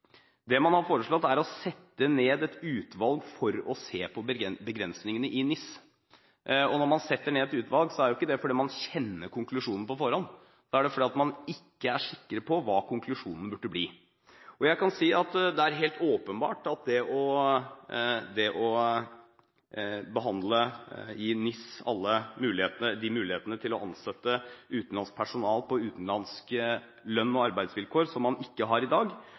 sette ned et utvalg for å se på begrensningene i NIS. Når man setter ned et utvalg, er ikke det fordi man kjenner konklusjonen på forhånd. Det er fordi man ikke er sikker på hva konklusjonen burde bli. Det er helt åpenbart at det å behandle i NIS alle mulighetene for å ansette utenlandsk personell på utenlandsk lønn og utenlandske arbeidsvilkår som man ikke har i dag,